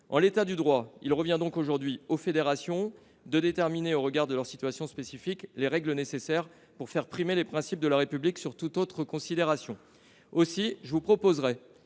En l’état du droit, il revient donc aujourd’hui aux fédérations de déterminer au regard de leur situation spécifique les règles nécessaires pour faire primer les principes de la République sur toute autre considération. Je proposerai